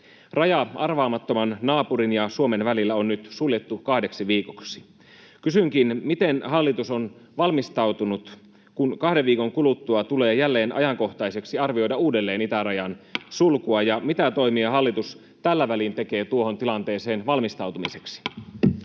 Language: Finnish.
Raja arvaamattoman naapurin ja Suomen välillä on nyt suljettu kahdeksi viikoksi. Kysynkin: miten hallitus on valmistautunut, kun kahden viikon kuluttua tulee jälleen ajankohtaiseksi arvioida uudelleen itärajan sulkua, ja mitä toimia hallitus tällä välin tekee tuohon tilanteeseen valmistautumiseksi?